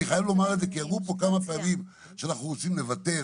אני חייב לומר את זה כי אמרו פה כמה פעמים שאנחנו רוצים לוותר,